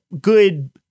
good